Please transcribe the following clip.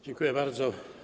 Dziękuję bardzo.